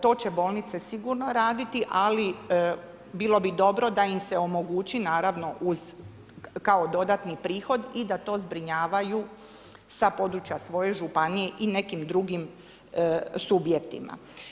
To će bolnice sigurno raditi ali bilo bi dobro da im se omogući naravno uz kao dodatni prihod i da to zbrinjavaju s područja svoje županije i nekim drugim subjektima.